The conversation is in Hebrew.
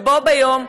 בו ביום,